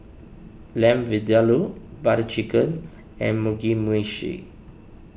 Lamb Vindaloo Butter Chicken and Mugi Meshi